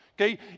Okay